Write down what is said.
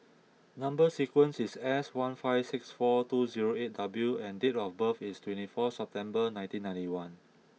number sequence is S one five six four two zero eight W and date of birth is twenty four September nineteen ninety one